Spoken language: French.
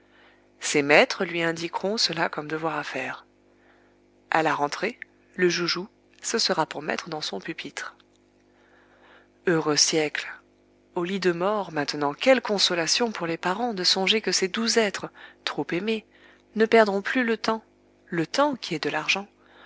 ses maîtres lui indiqueront cela comme devoir à faire à la rentrée le joujou ce sera pour mettre dans son pupitre heureux siècle au lit de mort maintenant quelle consolation pour les parents de songer que ces doux êtres trop aimés ne perdront plus le temps le temps qui est de l'argent